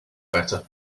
better